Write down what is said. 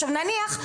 עכשיו נניח,